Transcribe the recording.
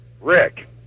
Rick